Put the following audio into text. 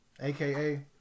aka